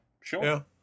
sure